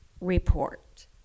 report